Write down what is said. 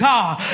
God